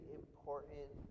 important